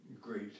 great